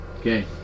Okay